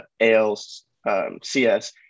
ALCS